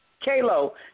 Kalo